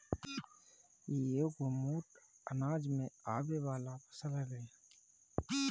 इ एगो मोट अनाज में आवे वाला फसल हवे